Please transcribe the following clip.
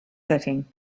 setting